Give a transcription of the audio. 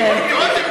לא תעקור.